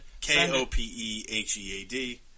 K-O-P-E-H-E-A-D